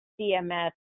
CMS